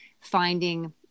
finding